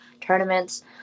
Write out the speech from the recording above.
tournaments